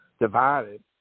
divided